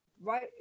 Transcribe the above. right